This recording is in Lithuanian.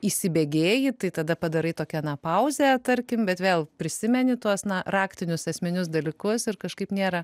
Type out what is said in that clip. įsibėgėji tai tada padarai tokią na pauzę tarkim bet vėl prisimeni tuos na raktinius esminius dalykus ir kažkaip nėra